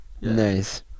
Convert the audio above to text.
Nice